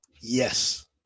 Yes